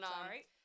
sorry